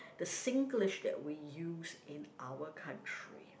the Singlish that we use in our country